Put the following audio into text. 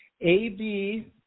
AB